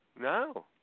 No